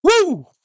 Woo